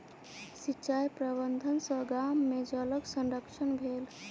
सिचाई प्रबंधन सॅ गाम में जलक संरक्षण भेल